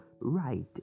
right